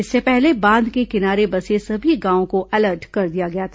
इससे पहले बांध के किनारे बसे सभी गांवों को अलर्ट कर दिया गया था